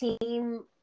team